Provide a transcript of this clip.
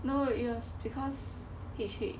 no it's because H H